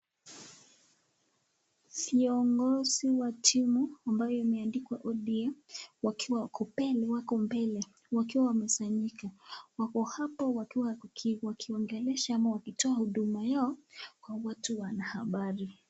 Viangozi ya timu ambayo imeandikwa ODM wakiwa wako mbele wakiwa wamesainika, kwa hapo wakiwa wakiongelesha kutoa huduma yao kwa watu wanahabari.